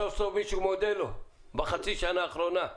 סוף סוף מישהו מודה לו בחצי השנה האחרונה.